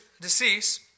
decease